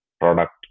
product